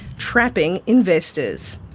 trapping investors.